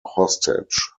hostage